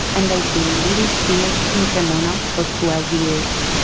and i've been living here in cremona for twelve years.